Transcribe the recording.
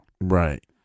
right